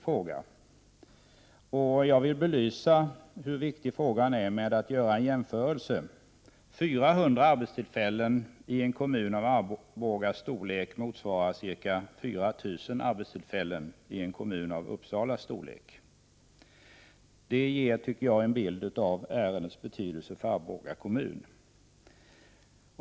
För att belysa hur viktig frågan är vill jag göra följande jämförelse. 400 arbetstillfällen i en kommun av Arbogas storlek motsvarar ca 4 000 arbetstillfällen i en kommun av Uppsalas storlek. Jag tycker att denna jämförelse ger en bild av ärendets betydelse för Arboga kommun.